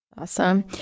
Awesome